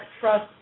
trust